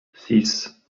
six